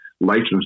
license